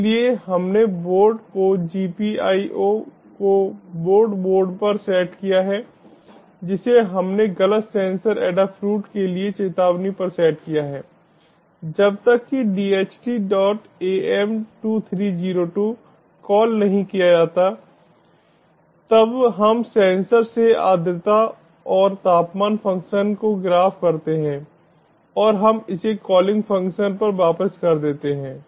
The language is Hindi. इसलिए हमने बोर्ड को GPIO को बोर्ड मोड पर सेट किया है जिसे हमने गलत सेंसर ऐडाफ्रूट के लिए चेतावनी पर सेट किया है जब तक कि DHTAM2302 कॉल नहीं किया जाता है तब हम सेंसर से आर्द्रता और तापमान फ़ंक्शन को ग्राफ़ करते हैं और हम इसे कॉलिंग फ़ंक्शन पर वापस कर देते हैं